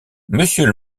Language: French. monsieur